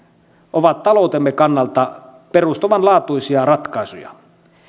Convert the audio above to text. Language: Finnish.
on taloutemme kannalta perustavanlaatuinen ratkaisu